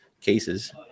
cases